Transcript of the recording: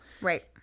Right